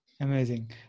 Amazing